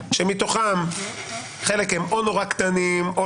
שמתוכם חלק הם או קטנים מאוד,